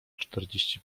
czterdzieści